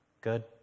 Good